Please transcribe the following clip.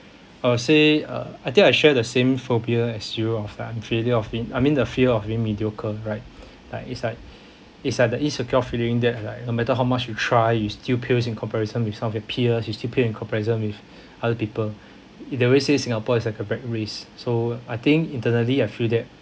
uh say uh I think I share the same phobia as you of the I'm failure of thing I mean the fear of being mediocre right like it's like it's like the insecure feeling that like no matter how much you try you still pales in comparison with some of your peer you still pale in comparison with other people they always say singapore is like a rat race so I think internally I feel that